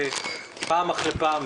שפעם אחרי פעם,